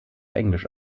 englisch